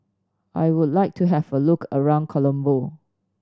I would like to have a look around Colombo